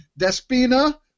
Despina